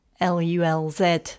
L-U-L-Z